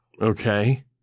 Okay